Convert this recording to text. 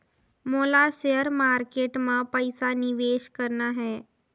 मोला share market मां पइसा निवेश करना हे?